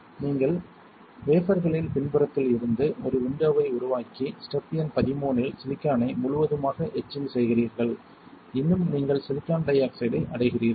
நீங்கள் வேபர்ல்களின் பின்புறத்திலிருந்து ஒரு விண்டோவை உருவாக்கி ஸ்டெப் எண் 13 இல் சிலிக்கானை முழுவதுமாக எட்சிங் செய்கிறீர்கள் இன்னும் நீங்கள் சிலிக்கான் டை ஆக்சைடை அடைகிறீர்கள்